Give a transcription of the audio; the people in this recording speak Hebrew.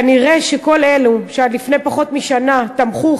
כנראה שכל אלו שעד לפני פחות משנה תמכו,